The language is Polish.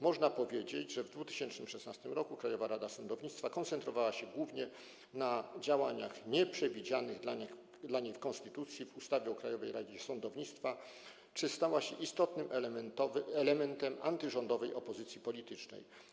Można powiedzieć, że w 2016 r. Krajowa Rada Sądownictwa koncentrowała się głównie na działaniach nieprzewidzianych dla niej w konstytucji, w ustawie o Krajowej Radzie Sądownictwa czy stała się istotnym elementem antyrządowej opozycji politycznej.